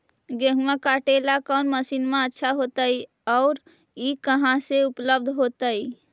गेहुआ काटेला कौन मशीनमा अच्छा होतई और ई कहा से उपल्ब्ध होतई?